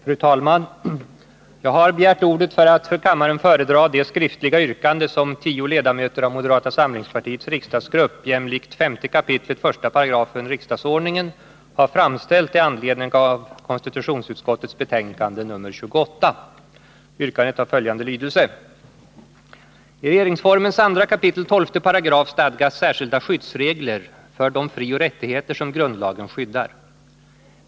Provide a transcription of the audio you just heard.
Fru talman! Jag har begärt ordet för att inför kammaren föredra det skriftliga yrkande som tio ledamöter av moderata samlingspartiets riksdagsgrupp jämlikt 5 kap. 1§ riksdagsordningen har framställt i anledning av konstitutionsutskottets betänkande nr 28. Yrkandet har följande lydelse: ”I regeringsformens 2 kap. 12 § stadgas särskilda skyddsregler för de frioch rättigheter som grundlagen skyddar.